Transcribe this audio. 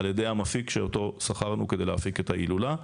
על ידי המפיק שאותו שכרנו כדי להפיק את ההילולה,